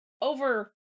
over